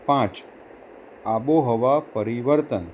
પાંચ આબોહવા પરિવર્તન